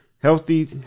Healthy